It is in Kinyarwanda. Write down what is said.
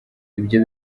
ibyo